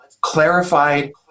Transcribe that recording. clarified